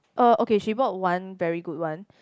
orh okay she bought one very good one